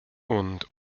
und